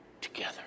together